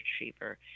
retriever